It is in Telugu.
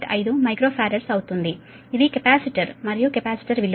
5 మైక్రో ఫారాడ్ అవుతుంది ఇది కెపాసిటర్ మరియు కెపాసిటర్ విలువ